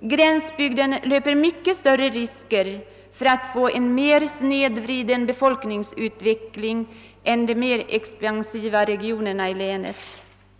Gränsbygden löper mycket större risker att få en mer snedvriden befolkningsutveckling än de mer expansiva regionerna i länet.